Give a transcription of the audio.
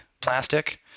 plastic